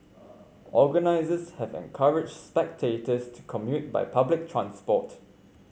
organisers have encouraged spectators to commute by public transport